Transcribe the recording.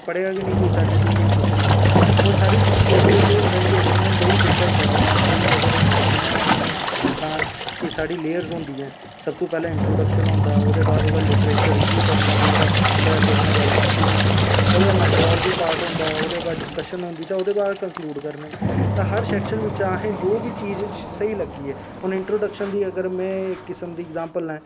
पढ़ेआ गै निं कोई चज्ज दी जां कुछ निं होर साढ़ी फील्ड बिच्च एह् होंदा कि अगर में कोई बी पेपर पढ़ा दां आं कोई अगर जियां कोई में आक्खां कि साढ़ी लेयरस होंदी ऐ सब तो पैह्लें इंट्रोडक्शन होंदा ओह्दे बाद ओह्दा लिट्रेचर रिब्यू करना होंदा जेह्ड़ा पिच्छें कुसै ने गल्ल कीती दी ऐ ओह्दे बाद मैथडॉलजी पार्ट होंदा ओह्दे बाद डिस्कशन होंदी ते ओह्दे बाद कंकलूड करने ते हर सैक्शन बिच्चा असेंगी जो बी चीज स्हेई लग्गी ऐ हून इंट्रोडक्शन दी अगर में इक किस्म दी अग्जैंपल लैं